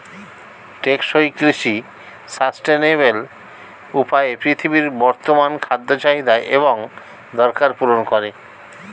টেকসই কৃষি সাস্টেইনেবল উপায়ে পৃথিবীর বর্তমান খাদ্য চাহিদা এবং দরকার পূরণ করে